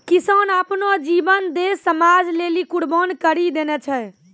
किसान आपनो जीवन देस समाज लेलि कुर्बान करि देने छै